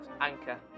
anchor